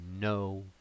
no